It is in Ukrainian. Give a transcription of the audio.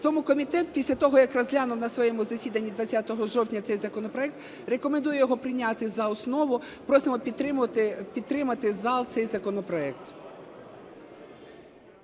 Тому комітет після того, як розглянув на своєму засіданні 20 жовтня цей законопроект, рекомендує його прийняти за основу. Просимо підтримати зал цей законопроект.